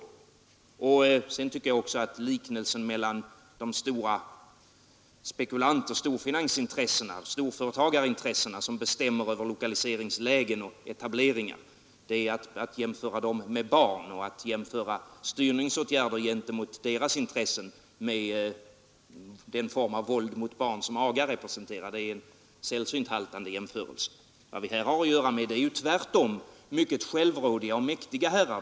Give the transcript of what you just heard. Sedan tycker jag att jämförelsen mellan styrningsåtgärder mot de intressen som representeras av de stora spekulanterna, storfinansintressena, storföretagarintressena — vilka bestämmer över lokaliseringslägen och etableringar — och den form av våld mot barn som aga representerar, är sällsynt haltande. Vad vi här har att göra med är inga barn.